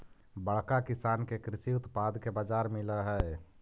बड़का किसान के कृषि उत्पाद के बाजार मिलऽ हई